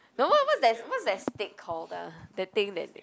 no [what] what's that what's that stick called ah that thing that they